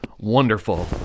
Wonderful